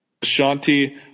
Shanti